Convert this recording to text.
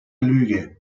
lüge